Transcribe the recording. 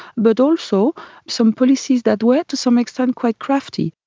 but also some policies that were to some extent quite crafty.